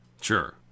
Sure